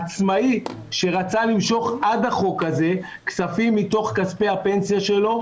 עצמאי שרצה למשוך עד החוק הזה כספים מתוך כספי הפנסיה שלו,